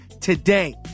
today